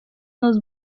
los